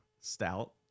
stout